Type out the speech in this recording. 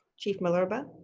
chief malerba?